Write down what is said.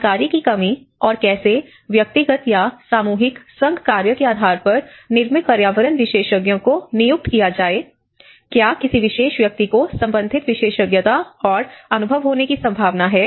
जानकारी की कमी और कैसे व्यक्तिगत या सामूहिक संघ कार्य के आधार पर निर्मित पर्यावरण विशेषज्ञों को नियुक्त किया जाए क्या किसी विशेष व्यक्ति को संबंधित विशेषज्ञता और अनुभव होने की संभावना है